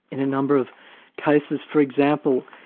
in a number of cases. for example,